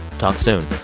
talk soon